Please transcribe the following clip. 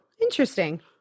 Interesting